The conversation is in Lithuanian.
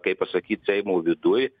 kaip pasakyt seimo viduj